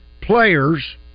players